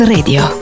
Radio